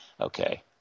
Okay